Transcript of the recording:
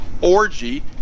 orgy